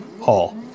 hall